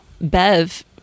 Bev